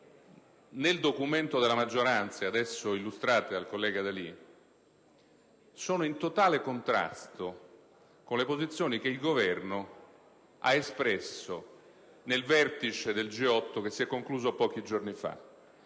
presentato dalla maggioranza e testé illustrate dal collega D'Alì sono in totale contrasto con le posizioni che il Governo ha manifestato nel vertice del G8 che si è concluso pochi giorni fa.